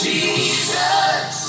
Jesus